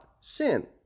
sin